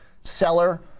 seller